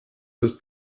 ist